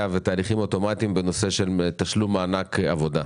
ותהליכים אוטומטיים בנושא של תשלום מענק עבודה.